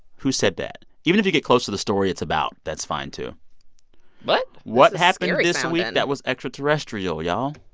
who said that? even if you get close to the story it's about, that's fine, too but what happened recently and that was extraterrestrial, y'all?